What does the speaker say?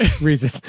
reason